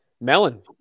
melon